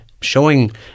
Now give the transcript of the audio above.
showing